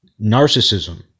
narcissism